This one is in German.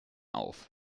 auf